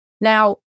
Now